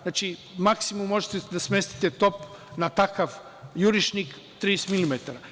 Znači, maksimum možete da smestite top na takav jurišnik 30 mm.